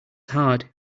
hard